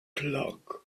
clock